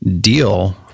deal